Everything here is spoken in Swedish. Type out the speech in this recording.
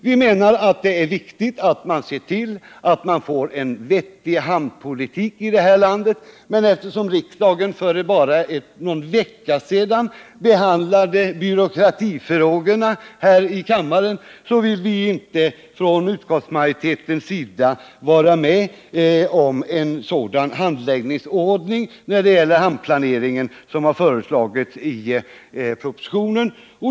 Vi menar att det är viktigt att se till att man får en vettig hamnpolitik, men eftersom riksdagen för bara någon vecka sedan behandlade byråkratifrågorna vill utskottsmajoriteten inte vara med om en sådan handläggningsordning i fråga om hamnplaneringen.